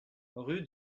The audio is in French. rue